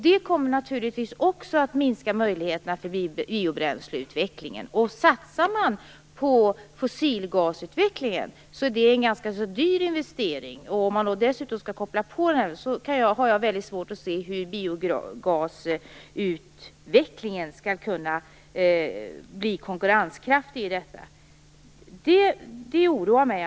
Det kommer naturligtvis också att minska möjligheterna för biobränsleutvecklingen. Om man satsar på fossilgasutvecklingen innebär det en ganska dyr investering. Om man dessutom kopplar på den har jag svårt att se hur biogasutvecklingen skall kunna bli konkurrenskraftig. Det oroar mig.